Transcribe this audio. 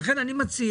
לכן אני מציע,